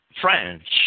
French